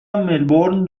ملبورن